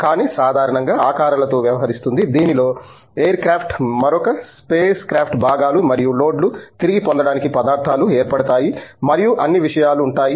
కానీ సాధారణంగా ఆకారాలతో వ్యవహరిస్తుంది దీనిలో ఎయిర్ క్రాఫ్ట్ మరొక స్పేస్ క్రాఫ్ట్ భాగాలు మరియు లోడ్లు తిరిగి పొందడానికి పదార్థాలు ఏర్పడతాయి మరియు అన్ని విషయాలు ఉంటాయి